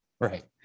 right